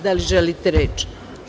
Da li želite reč?